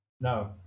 No